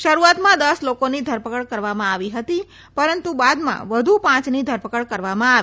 શરૂઆતમાં દસ લોકોની ધરપકડ કરવામાં આવી હતી પરંતુ બાદમાં વધુ પાંચની ધરપકડ કરવામાં આવી